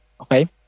Okay